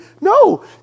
No